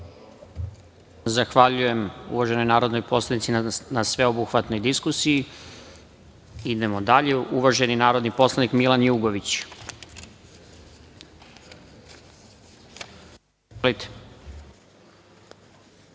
Zahvaljujem uvaženoj narodnoj poslanici na sveobuhvatnoj diskusiji. Reč ima uvaženi narodni poslanik Milan Jugović.